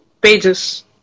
Pages